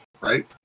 right